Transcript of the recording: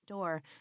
Door